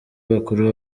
bakuru